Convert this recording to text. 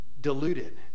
Diluted